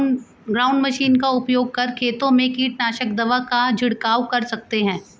ground machine का उपयोग कर खेतों में कीटनाशक दवा का झिड़काव कर सकते है